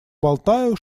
болтаю